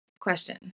Question